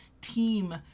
team